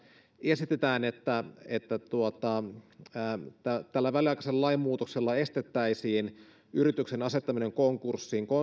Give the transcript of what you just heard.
esitetään että että tällä väliaikaisella lainmuutoksella estettäisiin yrityksen asettaminen konkurssiin